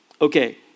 okay